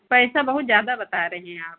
पैसा बहुत ज़्यादा बता रहे हैं आप